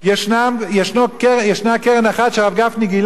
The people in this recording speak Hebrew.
יש קרן אחת שהרב גפני גילה,